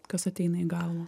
kas ateina į galvą